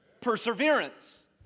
perseverance